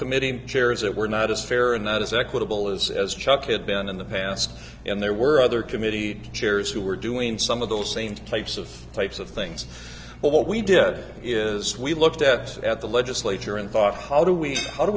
committee chairs that were not as fair or not as equitable as as chuck had been in the past and there were other committee chairs who were doing some of those same types of types of things but what we did is we looked at at the legislature and thought how do we how do